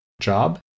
job